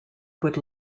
would